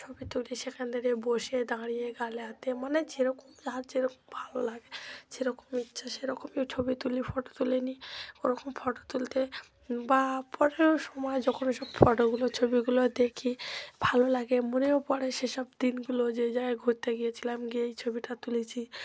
ছবি তুলি সেখান থেকে বসে দাঁড়িয়ে গালে হাতে মানে যেরকম যার যেরকম ভালো লাগে সেরকম ইচ্ছা সেরকমই ছবি তুলি ফটো তুলে নিই ওরকম ফটো তুলতে বা পরেরও সময় যখনই সব ফটোগুলো ছবিগুলো দেখি ভালো লাগে মনেও পরে সেসব দিনগুলো যে জায়গায় ঘুরতে গিয়েছিলাম গিয়ে এই ছবিটা তুলেছি